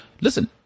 listen